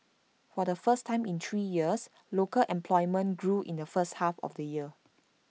for the first time in three years local employment grew in the first half of the year